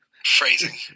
Phrasing